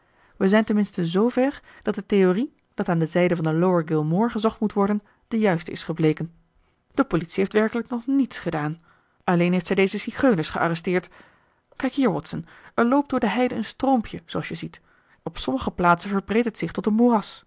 wij zijn ten minste zoo ver dat de theorie dat aan de zijde van de lower gill moor gezocht moet worden de juiste is gebleken de politie heeft werkelijk nog niets gedaan alleen heeft zij deze zigeuners gearresteerd kijk hier watson er loopt door de heide een stroompje zooals je ziet op sommige plaatsen verbreedt het zich tot een